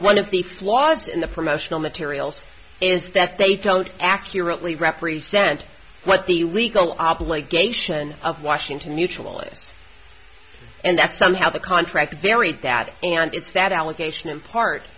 one of the flaws in the promotional materials is that they don't accurately represent what the legal obligation of washington mutual is and that somehow the contract varied that and it's that allegation in part